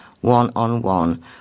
one-on-one